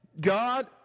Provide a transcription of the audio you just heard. God